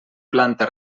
planta